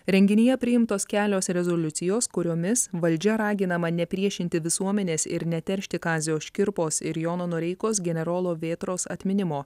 renginyje priimtos kelios rezoliucijos kuriomis valdžia raginama nepriešinti visuomenės ir neteršti kazio škirpos ir jono noreikos generolo vėtros atminimo